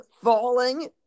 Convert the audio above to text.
Falling